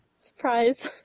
surprise